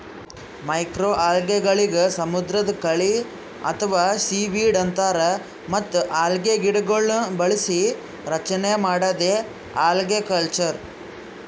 ಮೈಕ್ರೋಅಲ್ಗೆಗಳಿಗ್ ಸಮುದ್ರದ್ ಕಳಿ ಅಥವಾ ಸೀವೀಡ್ ಅಂತಾರ್ ಮತ್ತ್ ಅಲ್ಗೆಗಿಡಗೊಳ್ನ್ ಬೆಳಸಿ ರಚನೆ ಮಾಡದೇ ಅಲ್ಗಕಲ್ಚರ್